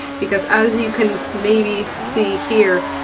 because as you can maybe see here,